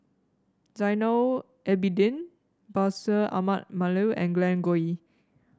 Zainal Abidin Bashir Ahmad Mallal and Glen Goei